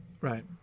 right